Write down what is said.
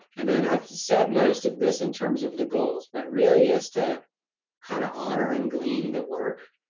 and then i've said most of this in terms of the goals, but really is to kind of honor and glean the work.